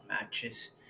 matches